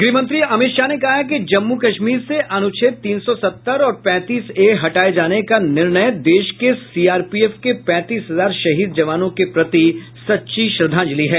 गृहमंत्री अमित शाह ने कहा है कि जम्मू कश्मीर से अनुच्छेद तीन सौ सत्तर और पैंतीस ए हटाये जाने का निर्णय देश के सीआरपीएफ के पैंतीस हजार शहीद जवानों के प्रति सच्ची श्रद्धांजलि है